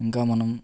ఇంకా మనం